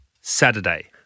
Saturday